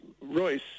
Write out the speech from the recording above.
royce